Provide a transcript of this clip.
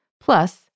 Plus